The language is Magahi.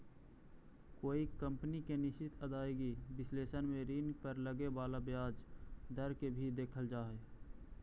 कोई कंपनी के निश्चित आदाएगी विश्लेषण में ऋण पर लगे वाला ब्याज दर के भी देखल जा हई